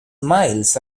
miles